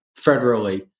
federally